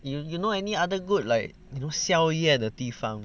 you you know any other good like you know 宵夜的地方